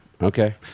Okay